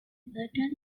burton